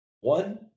One